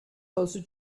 closer